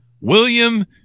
William